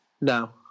No